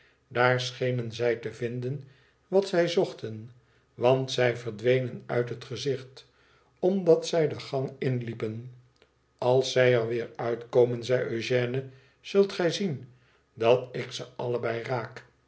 schenen zij te vinden wat zij zochten want zij verdwenen uit het gezicht omdat zij de gang inliepen lals zij er weer uit komen zei eugène zult gij zien dat ik ze allebei raak